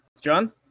John